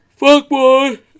Fuckboy